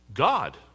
god